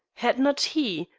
had not he,